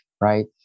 right